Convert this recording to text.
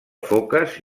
foques